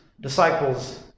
disciples